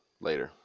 Later